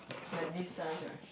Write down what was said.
like this size right